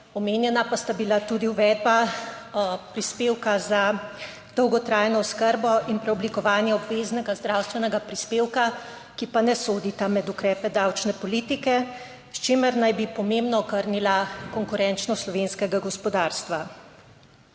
omenjena pa sta bila tudi uvedba prispevka za dolgotrajno oskrbo in preoblikovanje obveznega zdravstvenega prispevka, ki pa ne sodita med ukrepe davčne politike, s čimer naj bi pomembno okrnila konkurenčnost slovenskega gospodarstva.